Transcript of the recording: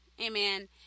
amen